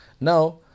Now